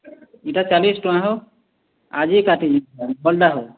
ଇଟା ଚାଳିଶ ଟଙ୍କା ହୋ ଆଜି କାଟିଛେଁ